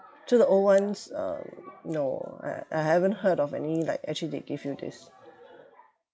to the old ones uh no I I haven't heard of any like actually they give you this